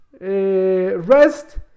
rest